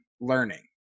learning